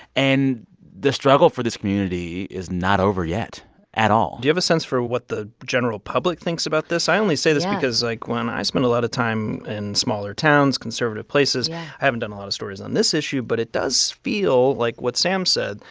and the struggle for this community is not over yet at all do you have a sense for what the general public thinks about this? i only say this. yeah. because, like, when i spent a lot of time in smaller towns, conservative places i haven't done a lot of stories on this issue, but it does feel, like what sam said,